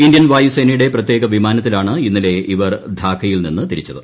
Indian വായുസ്ന്നയുടെ പ്രത്യേക വിമാനത്തിലാണ് ഇന്നലെ ഇവർ ധാക്കയിൽ ്രിന്ന് തിരിച്ചത്